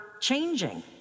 changing